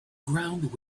ground